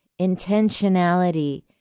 Intentionality